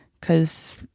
Cause